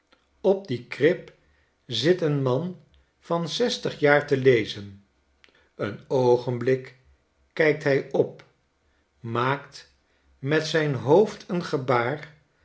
op die krib zit een man van zestig jaar te lezen een oogenblik kykt hij op maakt met zijn hoofd een gebaar